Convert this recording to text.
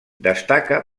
destaca